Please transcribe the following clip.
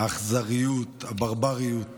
לאכזריות, לברבריות